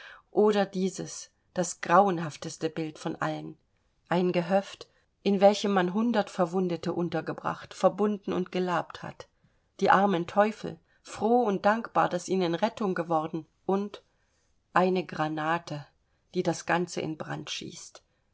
oder dieses das grauenhafteste bild von allen ein gehöft in welchem man hundert verwundete untergebracht verbunden und gelabt hat die armen teufel froh und dankbar daß ihnen rettung geworden und eine granate die das ganze in brand schießt